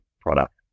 product